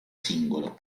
singolo